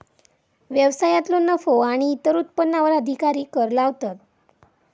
व्यवसायांतलो नफो आणि इतर उत्पन्नावर अधिकारी कर लावतात